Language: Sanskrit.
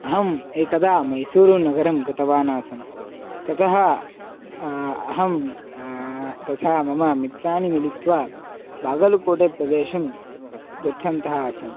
अहम् एकदा मैसूरुनगरं गतवान् आसं ततः अहं तथा मम मित्राणि मिलित्वा बागलुकोटे प्रदेशं गच्छन्तः आस्म